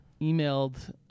emailed